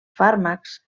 fàrmacs